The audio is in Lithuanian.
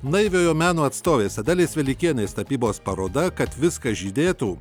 naiviojo meno atstovės adelės velykienės tapybos paroda kad viskas žydėtų